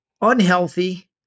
unhealthy